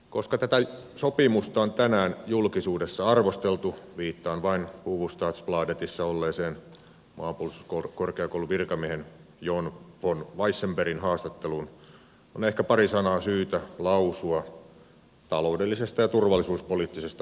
koska tätä sopimusta on tänään julkisuudessa arvosteltu viittaan vain hufvudstadsbladetissa olleeseen maanpuolustuskorkeakoulun virkamiehen jon von weissenbergin haastatteluun on ehkä pari sanaa syytä lausua taloudellisesta ja turvallisuuspoliittisesta vinkkelistä